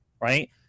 right